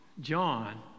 John